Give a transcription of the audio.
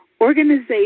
Organization